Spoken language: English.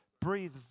breathe